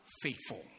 Faithful